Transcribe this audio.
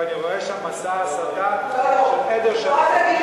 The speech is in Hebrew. ואני רואה שם מסע הסתה של עדר שלם.